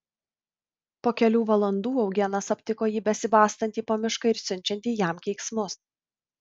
po kelių valandų eugenas aptiko jį besibastantį po mišką ir siunčiantį jam keiksmus